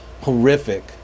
horrific